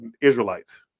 Israelites